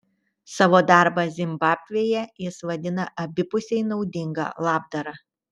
savo darbą zimbabvėje jis vadina abipusiai naudinga labdara